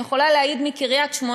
אני יכולה להעיד מקריית-שמונה,